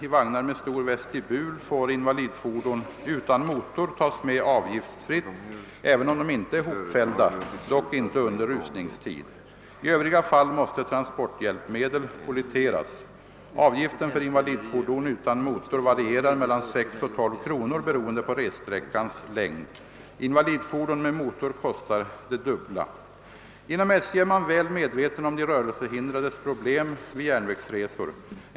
I vagnar med stor vestibul får invalidfordon utan motor tas med avgiftsfritt även om de inte är hopfällda — dock inte under rusningstid. I övriga fall måste transporthjälpmedel polleteras. Avgiften för invalidfordon utan motor varierar mellan 6 och 12 kr. beroende på ressträckans längd. Invalidfordon med motor kostar det dubbla. Inom SJ är man väl medveten om de rörelsehindrades problem vid järnvägsresor.